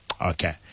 Okay